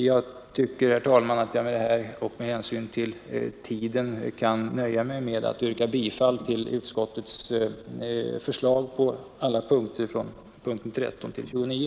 Jag anser, herr talman, att jag med det anförda och med hänsyn till tiden kan nöja mig med att yrka bifall till utskottets förslag på alla punkter, från punkten 13 till 29.